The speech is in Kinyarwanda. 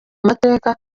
mateka